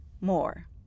more